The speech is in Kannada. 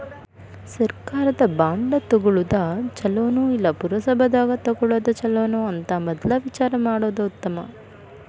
ಸರ್ಕಾರದ ಬಾಂಡ ತುಗೊಳುದ ಚುಲೊನೊ, ಇಲ್ಲಾ ಪುರಸಭಾದಾಗ ತಗೊಳೊದ ಚುಲೊನೊ ಅಂತ ಮದ್ಲ ವಿಚಾರಾ ಮಾಡುದ ಉತ್ತಮಾ